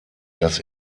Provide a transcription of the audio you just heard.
dass